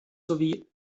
sowie